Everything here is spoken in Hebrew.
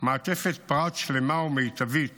מעטפת פרט שלמה ומיטבית